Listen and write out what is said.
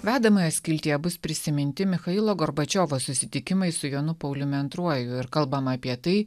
vedamoje skiltyje bus prisiminti michailo gorbačiovo susitikimai su jonu pauliumi antruoju ir kalbama apie tai